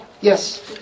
Yes